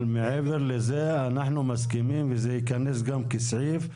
אבל מעבר לזה אנחנו מסכימים וזה ייכנס גם כסעיף.